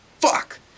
fuck